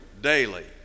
daily